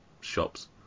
shops